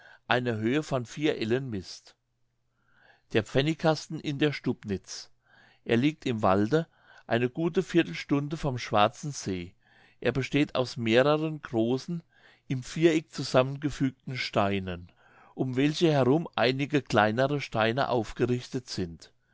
eine höhe von vier ellen mißt der pfenningkasten in der stubnitz er liegt im walde eine gute viertelstunde vom schwarzen see er besteht aus mehreren großen im viereck zusammengefügten steinen um welche herum einige kleinere steine aufgerichtet sind